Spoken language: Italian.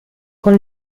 con